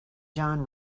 john